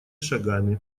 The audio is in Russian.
шагами